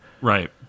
Right